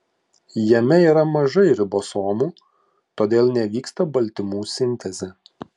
jame yra mažai ribosomų todėl nevyksta baltymų sintezė